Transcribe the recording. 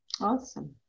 awesome